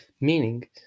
Meaning